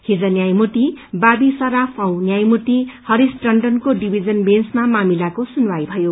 हिज न्यायमूर्ति बाबी सर्राफ औ न्यायमूर्ति हरिश टण्डनको निभीजन बेन्वमा मामिलाको सुनवाई भयो